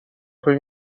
فکر